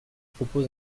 propose